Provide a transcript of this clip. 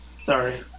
Sorry